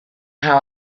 how